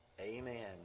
Amen